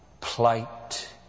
plight